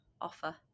offer